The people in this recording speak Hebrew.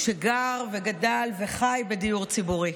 שגר וגדל וחי בדיור ציבורי,